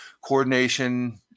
coordination